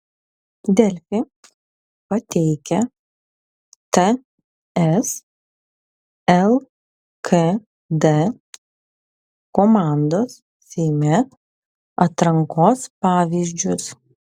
delfi pateikia ts lkd komandos seime atrankos pavyzdžius